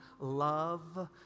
love